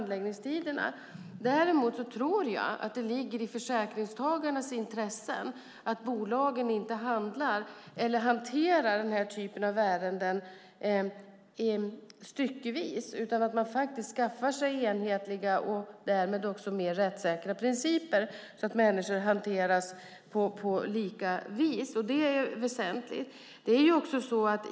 Däremot tror jag att det ligger i försäkringstagarnas intresse att bolagen inte hanterar den här typen av ärenden styckevis utan att de skaffar sig enhetliga och därmed också mer rättssäkra principer, så att människor hanteras på lika vis. Det är väsentligt.